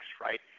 right